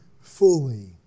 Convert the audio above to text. fully